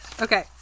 Okay